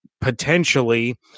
potentially